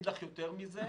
יותר מזה,